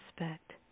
respect